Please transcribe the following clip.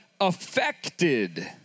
affected